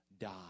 die